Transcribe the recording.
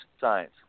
Science